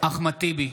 אחמד טיבי,